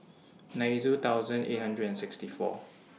ninety two thousand eight hundred and sixty four